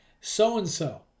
so-and-so